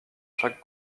chaque